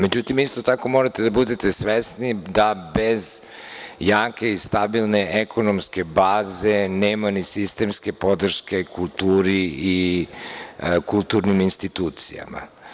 Međutim, isto tako morate da budete svesni da bez jake i stabilne ekonomske baze nema ni sistemske podrške kulturi i kulturnim institucijama.